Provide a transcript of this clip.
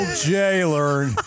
jailer